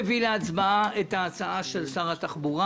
אני מביא להצבעה את ההצעה של שר התחבורה.